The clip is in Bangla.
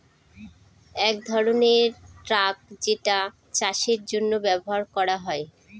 এক ধরনের ট্রাক যেটা চাষের জন্য ব্যবহার করা হয়